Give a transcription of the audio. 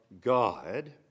God